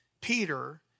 Peter